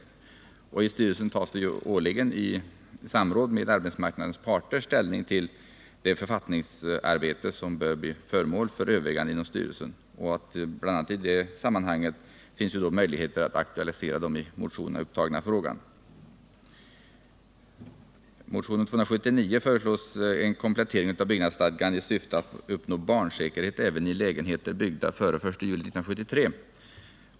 Inom arbetarskyddsstyrelsen tas ju årligen i samråd med arbetsmarknadens parter ställning till det författningsarbete som bör bli föremål för överväganden inom styrelsen. Bl. a. i detta sammanhang finns det möjligheter att aktualisera den i motionen upptagna frågan. I motionen 279 föreslås en komplettering av byggnadsstadgan i syfte att uppnå barnsäkerhet även i lägenheter byggda före den 1 juli 1973.